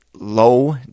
low